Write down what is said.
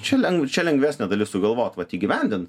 čia lengv čia lengvesnė dalis sugalvot vat įgyvendint